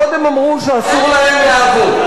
קודם אמרו שאסור להם לעבוד,